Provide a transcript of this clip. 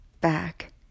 back